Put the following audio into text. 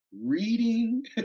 reading